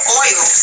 oil